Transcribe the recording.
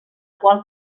qual